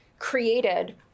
created